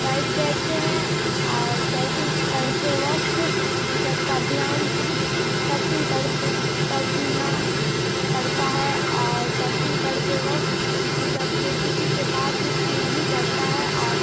تیر تیرتے ہیں اور سرفنگ کرتے وقت اس سب کا دھیان صرف سرفنگ کرتے کرنا پڑتا ہے اور سرفنگ کرتے وقت اس سب جو کسی سے بات ات بھی نہیں کرتا ہے اور